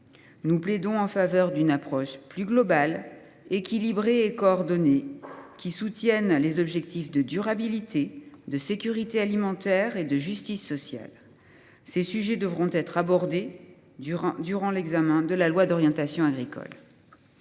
nous plaidons en faveur d’une approche plus globale, équilibrée et coordonnée, qui soutienne les objectifs de durabilité, de sécurité alimentaire et de justice sociale. Ces sujets devront être abordés durant l’examen du projet de loi d’orientation et